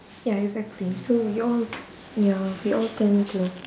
ya exactly so we all ya we all tend to